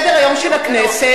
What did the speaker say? אבל בניגוד למה שעשה עתניאל שנלר,